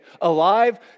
Alive